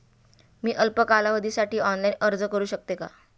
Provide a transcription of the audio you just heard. मी अल्प कालावधीसाठी ऑनलाइन अर्ज करू शकते का?